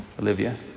Olivia